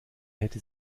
hätte